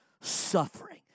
suffering